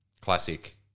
classic